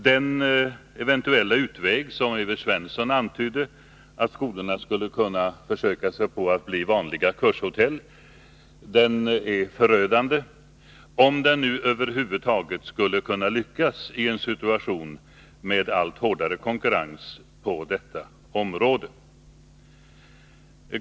Den eventuella utväg som Evert Svensson antydde, att skolorna skulle kunna försöka sig på att bli vanliga kurshotell, är förödande, om den över huvud taget skulle kunna lyckas i en situation med allt hårdare konkurrens på detta område.